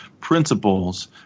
principles